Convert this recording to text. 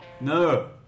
No